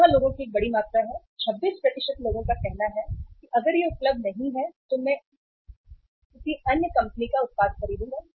यह लोगों की एक बड़ी मात्रा है 26 लोगों का कहना है कि अगर यह उपलब्ध नहीं है तो मैं किसी अन्य कंपनी का उत्पाद खरीदूंगा